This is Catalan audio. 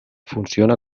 funciona